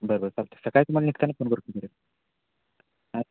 बरोबर फक्त सकाळी तुम्हाला निघताना फोन करतो हां